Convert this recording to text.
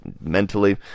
mentally